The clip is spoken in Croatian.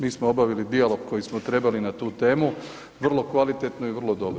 Mi smo obavili dijalog koji smo trebali na tu temu vrlo kvalitetno i vrlo dobro.